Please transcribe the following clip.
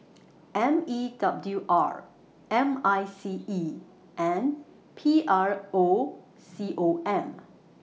M E W R M I C E and P R O C O M